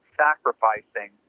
sacrificing